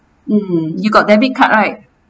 mm you got debit card right